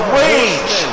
rage